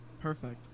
Perfect